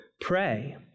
pray